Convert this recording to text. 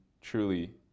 truly